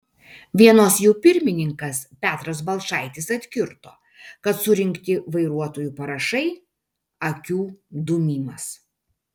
vienos jų pirmininkas petras balčaitis atkirto kad surinkti vairuotojų parašai akių dūmimas